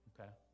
Okay